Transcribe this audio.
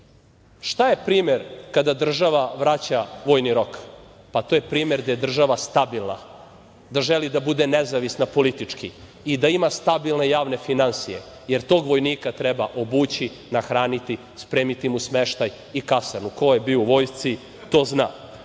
Šta je primer kada država vraća vojni rok? Pa, to je primer da je država stabilna, da želi da bude nezavisna politički i da ima stabilne javne finansije, jer tog vojnika treba obući, nahraniti, spremiti mu smeštaj i kasarnu. Ko je bio u vojsci, to zna. Ja